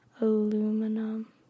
aluminum